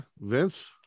Vince